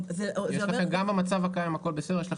גם במצב הקיים הכול בסדר,